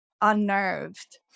unnerved